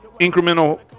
incremental